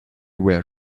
were